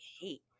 hate